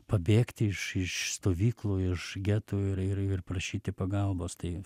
pabėgti iš iš stovyklų iš getų ir ir ir prašyti pagalbos tai